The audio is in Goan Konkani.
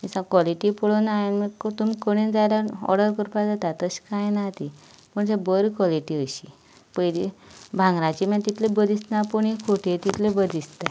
क्वॉलिटी पळोन हांयेंन तुमका कोणा जाय जाल्या ऑर्डर करपा जाता तशें कांय ना ती पूण ते बरी क्वॉलिटी अशी पयली भांगराचीं तितली बरीं दिसना पूण ही खोटे तितलीं बरीं दिसताय